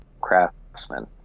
craftsman